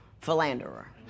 philanderer